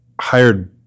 hired